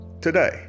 today